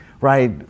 Right